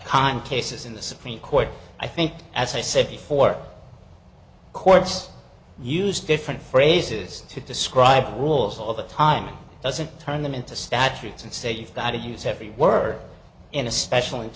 con cases in the supreme court i think as i said before courts use different phrases to describe the rules all the time doesn't turn them into statutes and say you've got to use every word in especially